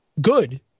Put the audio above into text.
good